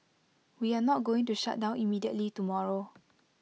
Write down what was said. we are not going to shut down immediately tomorrow